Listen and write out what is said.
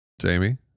Jamie